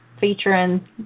featuring